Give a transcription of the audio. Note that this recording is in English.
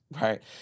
right